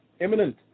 imminent